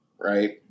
right